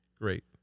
great